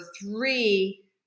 three